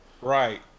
right